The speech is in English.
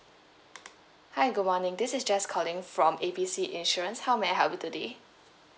hi good morning this is jess calling from A B C insurance how may I help you today